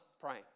praying